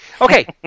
Okay